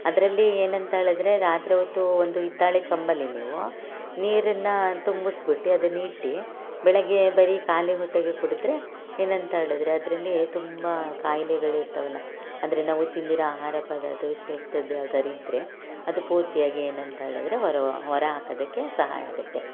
ಅದರಲ್ಲಿ ಏನಂತ್ಹೇಳಿದರೆ ರಾತ್ರಿ ಹೊತ್ತು ಒಂದು ಹಿತ್ತಾಳೆ ಚೊಂಬಲ್ಲಿ ನೀವು ನೀರನ್ನು ತುಂಬಿಸಿಬಿಟ್ಟು ಅದನ್ನ ಇಟ್ಟು ಬೆಳಗ್ಗೆ ಬರಿ ಖಾಲಿ ಹೊಟ್ಟೆಗೆ ಕುಡಿದ್ರೆ ಏನಂತ್ಹೇಳಿದರೆ ಅದರಲ್ಲಿ ತುಂಬ ಕಾಯಿಲೆಗಳಿರ್ತದಲ್ಲ ಅಂದರೆ ನಾವು ತಿಂದಿರೋ ಆಹಾರ ಪದಾರ್ಥ ವಿಷಯುಕ್ತದ್ ಯಾವ್ದಾರು ಇದ್ದರೆ ಅದು ಪೂರ್ತಿಯಾಗಿ ಏನಂತ್ಹೇಳಿದರೆ ಹೊರ ಹೊರ ಹಾಕುದಕ್ಕೆ ಸಹಾಯ ಆಗುತ್ತೆ